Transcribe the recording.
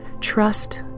trust